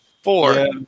Four